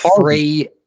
free